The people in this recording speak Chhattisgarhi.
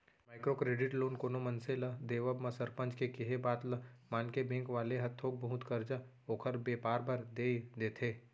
माइक्रो क्रेडिट लोन कोनो मनसे ल देवब म सरपंच के केहे बात ल मानके बेंक वाले ह थोक बहुत करजा ओखर बेपार बर देय देथे